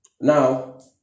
Now